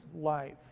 life